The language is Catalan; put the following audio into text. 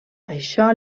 això